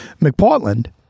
McPartland